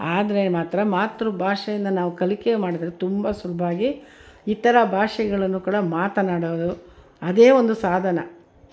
ಆದರೆ ಮಾತ್ರ ಮಾತೃ ಭಾಷೆಯಿಂದ ನಾವು ಕಲಿಕೆ ಮಾಡಿದರೆ ತುಂಬ ಸುಲಭ ಆಗಿ ಇತರ ಭಾಷೆಗಳನ್ನು ಕೂಡ ಮಾತನಾಡೋದು ಅದೇ ಒಂದು ಸಾಧನ